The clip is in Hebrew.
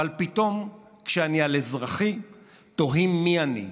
אבל פתאום כשאני על אזרחי תוהים מי אני.